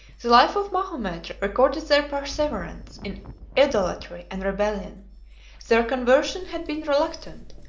the life of mahomet recorded their perseverance in idolatry and rebellion their conversion had been reluctant,